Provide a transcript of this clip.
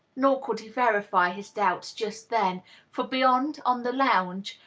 nor could he verify his doubts, just then for beyond, on the lounge,